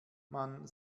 man